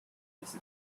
his